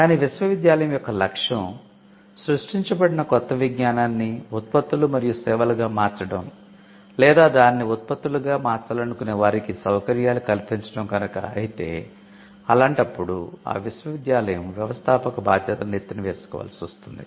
కాని విశ్వవిద్యాలయం యొక్క లక్ష్యం సృష్టించబడిన కొత్త విజ్ఞానాన్ని ఉత్పత్తులు మరియు సేవలుగా మార్చడం లేదా దానిని ఉత్పత్తులుగా మార్చాలనుకునే వారికి సౌకర్యాలు కల్పించడం కనుక అయితే అలాంటప్పుడు ఆ విశ్వవిద్యాలయం వ్యవస్థాపక బాధ్యత నెత్తిన వేసుకోవాల్సి వస్తుంది